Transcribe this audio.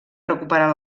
recuperar